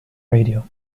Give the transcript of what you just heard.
radio